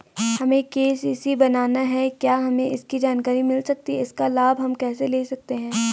हमें के.सी.सी बनाना है क्या हमें इसकी जानकारी मिल सकती है इसका लाभ हम कैसे ले सकते हैं?